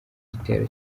gitero